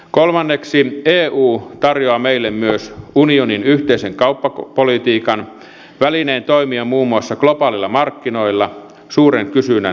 kolmanneksi eu tarjoaa meille myös unionin yhteisen kauppapolitiikan välineen toimia muun muassa globaaleilla markkinoilla suuren kysynnän äärellä